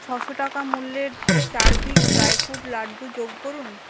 ছশো টাকা মূল্যের চারভিক ড্রাই ফ্রুট লাড্ডু যোগ করুন